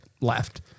left